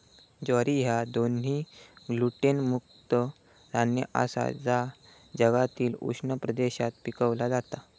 ज्वारी ह्या दोन्ही ग्लुटेन मुक्त धान्य आसा जा जगातील उष्ण प्रदेशात पिकवला जाता